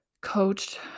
coached